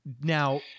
now